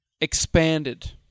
expanded